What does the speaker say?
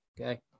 okay